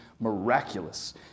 miraculous